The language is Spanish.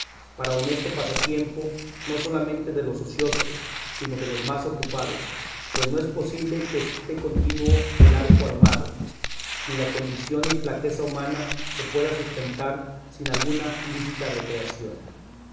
para honesto pasatiempo no solamente de los ociosos sino de los más ocupados pues no es posible que esté continuo el arco armado ni la condición y flaqueza humana se pueda sustentar sin alguna lícita recreación